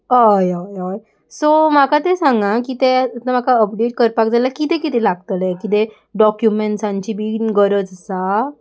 हय हय हय सो म्हाका तें सांगां की तें आतां म्हाका अपडेट करपाक जाय जाल्यार कितें कितें लागतलें कितें डॉक्युमेंट्सांची बीन गरज आसा